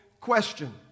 question